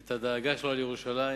את הדאגה שלו לירושלים,